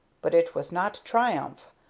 but it was not triumph,